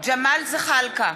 ג'מאל זחאלקה,